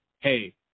Hey